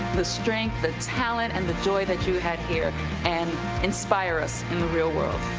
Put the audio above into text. the strength the talent and the joy that you had here and inspire us in the real world.